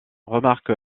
remarque